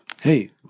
Hey